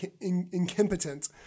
incompetent